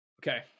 Okay